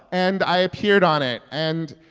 and i appeared on it. and,